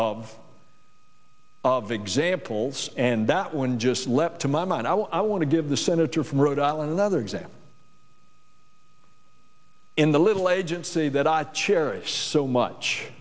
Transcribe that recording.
of of examples and that when just left to my mind i want to give the senator from rhode island another example in the little agency that i cherish so much